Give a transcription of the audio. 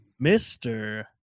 mr